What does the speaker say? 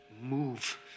move